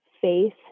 faith